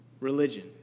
religion